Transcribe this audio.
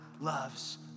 loves